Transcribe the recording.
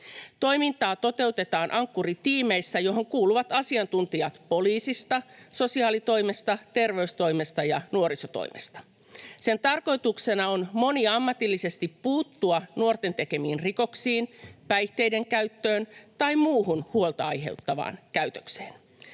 Toimintaa toteutetaan Ankkuri-tiimissä, johon kuuluvat asiantuntijat poliisista, sosiaalitoimesta, terveystoimesta ja nuorisotoimesta. Sen tarkoituksena on moniammatillisesti puuttua nuoren tekemiin rikoksiin, päihteiden käyttöön tai muuhun huolta aiheuttavaan käytökseen.